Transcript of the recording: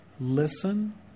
listen